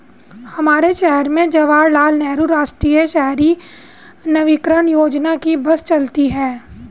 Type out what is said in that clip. हमारे शहर में जवाहर लाल नेहरू राष्ट्रीय शहरी नवीकरण योजना की बस चलती है